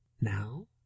Now